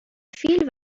فیل